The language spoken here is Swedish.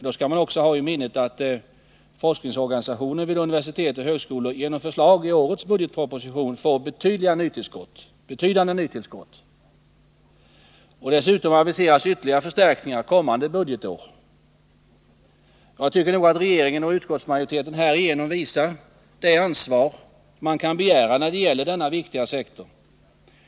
Då skall man också ha i minnet att forskningsorganisationen vid universitet och högskolor får betydande nytillskott i årets budgetproposition. Dessutom aviseras ytterligare förstärkningar kommande budgetår. Jag tycker att regeringen och utskottsmajoriteten härigenom visar det ansvar man kan begära när det gäller denna viktiga sektor.